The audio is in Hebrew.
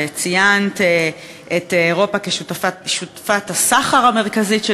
וציינת את אירופה כשותפת הסחר המרכזית של